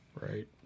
Right